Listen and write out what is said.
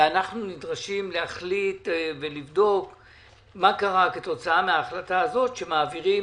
ואנחנו נדרשים להחליט ולבדוק מה קרה כתוצאה מההחלטה הזאת שמעבירים